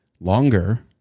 longer